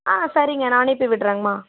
ஆ சரிங்க நான் அனுப்பி விடறேங்கம்மா